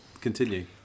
continue